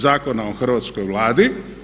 Zakona o Hrvatskoj vladi.